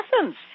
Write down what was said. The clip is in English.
Lessons